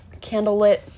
candlelit